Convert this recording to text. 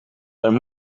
zijn